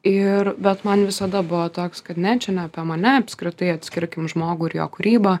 ir bet man visada buvo toks kad ne čia ne apie mane apskritai atskirkim žmogų ir jo kūrybą